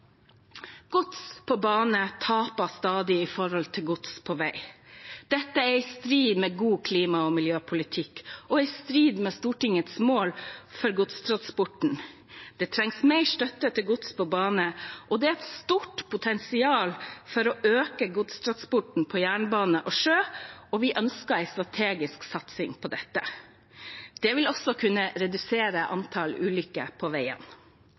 Gods på bane taper stadig i forhold til gods på vei. Dette er i strid med god klima- og miljøpolitikk og i strid med Stortingets mål for godstransporten. Det trengs mer støtte til gods på bane, og det er et stort potensial for å øke godstransporten på jernbane og sjø, og vi ønsker en strategisk satsing på dette. Det vil også kunne redusere antall ulykker på